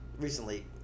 recently